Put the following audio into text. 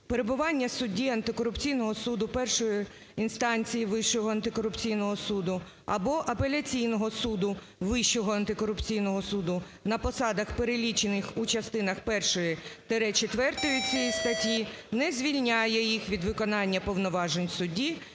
"Перебування судді антикорупційного суду першої інстанції Вищого антикорупційного суду або Апеляційного суду Вищого антикорупційного суду на посадах, перелічених у частинах першої - четвертої цієї статті не звільняє їх від виконання повноважень в суді